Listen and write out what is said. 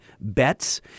Bets